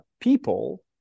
people